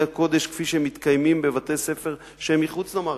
הקודש כפי שהם מתקיימים בבתי-ספר שהם מחוץ למערכת.